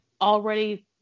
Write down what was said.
already